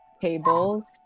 tables